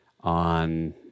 on